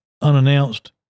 unannounced